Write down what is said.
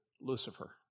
Lucifer